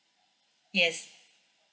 yes